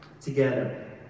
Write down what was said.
together